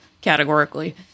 categorically